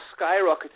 skyrocketed